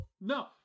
No